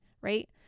right